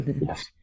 yes